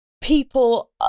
people